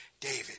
David